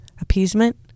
appeasement